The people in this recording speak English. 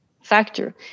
factor